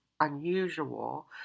unusual